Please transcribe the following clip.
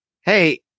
hey